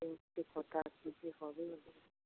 কি হবে